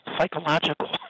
psychological